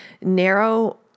narrow